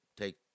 Take